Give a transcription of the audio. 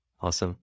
Awesome